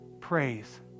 praise